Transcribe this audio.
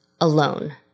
alone